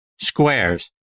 Squares